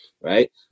right